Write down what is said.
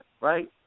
right